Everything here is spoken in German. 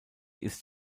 ist